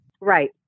Right